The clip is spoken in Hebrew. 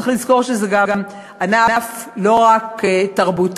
צריך לזכור שזה ענף לא רק תרבותי,